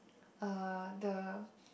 uh the